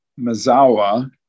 Mazawa